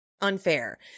unfair